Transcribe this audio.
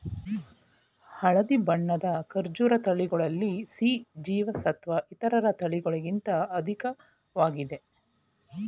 ಹಳದಿ ಬಣ್ಣದ ಕರ್ಬೂಜ ತಳಿಗಳಲ್ಲಿ ಸಿ ಜೀವಸತ್ವ ಇತರ ತಳಿಗಳಿಗಿಂತ ಅಧಿಕ್ವಾಗಿದೆ